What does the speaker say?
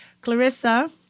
Clarissa